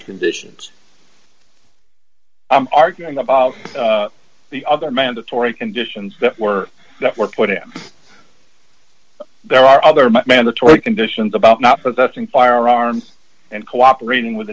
conditions i'm arguing about the other mandatory conditions that were were put him there are other mandatory conditions about not protecting firearms and cooperating with the